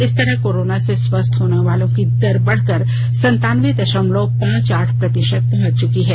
इस तरह कोरोना से स्वस्थ होने की दर बढ़कर संतान्बे दशमलव पांच आठ प्रतिशत पहुंच चुकी है